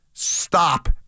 Stop